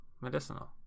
medicinal